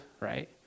right